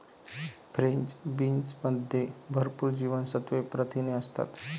French बीन्समध्ये भरपूर जीवनसत्त्वे, प्रथिने असतात